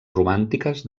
romàntiques